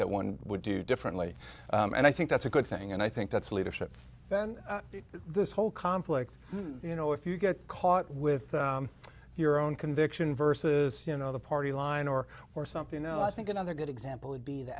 that one would do differently and i think that's a good thing and i think that's leadership then this whole conflict you know if you get caught with your own conviction versus you know the party line or or something though i think another good example would be the